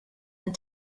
and